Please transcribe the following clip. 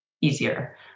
easier